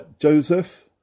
Joseph